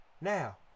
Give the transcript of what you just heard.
Now